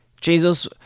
Jesus